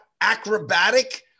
acrobatic